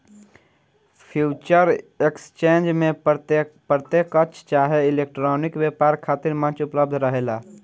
future exchange में प्रत्यकछ चाहे इलेक्ट्रॉनिक व्यापार खातिर मंच उपलब्ध रहेला